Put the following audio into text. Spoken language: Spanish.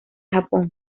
japón